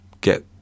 get